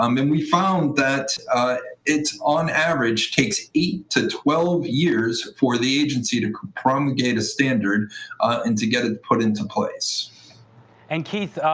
um and we found that it on average takes eight to twelve years for the agency to promulgate a standard and to get it put into place. noor and, keith,